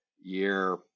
year